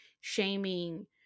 shaming